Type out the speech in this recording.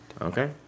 Okay